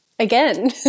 again